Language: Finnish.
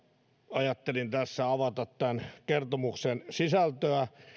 ajattelin tässä avata tämän kertomuksen sisältöä